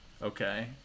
Okay